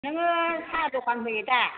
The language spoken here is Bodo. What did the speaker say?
नोङो साहा दखान होयोदा